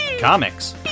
comics